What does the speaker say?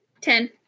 Ten